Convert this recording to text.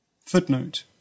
Footnote